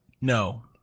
No